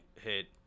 hit